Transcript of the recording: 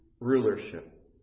rulership